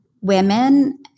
women